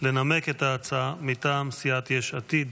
לנמק את ההצעה מטעם סיעת יש עתיד.